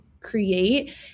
create